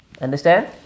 understand